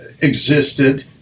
existed